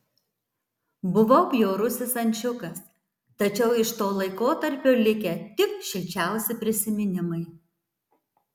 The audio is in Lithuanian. buvau bjaurusis ančiukas tačiau iš to laikotarpio likę tik šilčiausi prisiminimai